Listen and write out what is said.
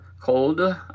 cold